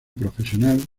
profesional